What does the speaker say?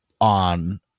on